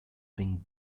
being